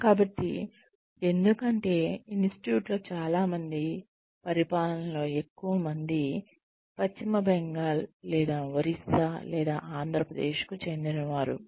కాబట్టి ఎందుకంటే ఇనిస్టిట్యూట్లో చాలా మంది పరిపాలనలో ఎక్కువ మంది పశ్చిమ బెంగాల్ లేదా ఒరిస్సా లేదా ఆంధ్రప్రదేశ్కు చెందినవారు